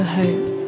hope